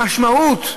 המשמעות,